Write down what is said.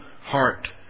Heart